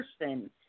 person